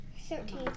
Thirteen